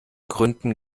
gründen